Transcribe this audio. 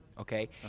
Okay